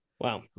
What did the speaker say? Wow